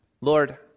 Lord